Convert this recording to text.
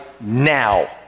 now